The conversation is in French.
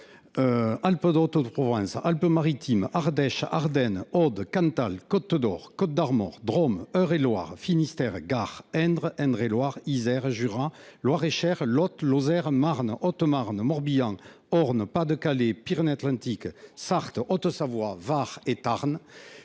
Alpes de Haute Provence, Alpes Maritimes, Ardèche, Ardennes, Aude, Cantal, Côte d’Or, Côtes d’Armor, Drôme, Eure et Loir, Finistère, Gard, Indre, Indre et Loire, Isère, Jura, Loir et Cher, Lot, Lozère, Marne, Haute Marne, Morbihan, Orne, Pas de Calais, Pyrénées Atlantiques, Sarthe, Haute Savoie, Var et Tarn